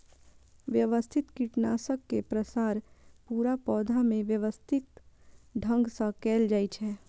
व्यवस्थित कीटनाशक के प्रसार पूरा पौधा मे व्यवस्थित ढंग सं कैल जाइ छै